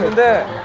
that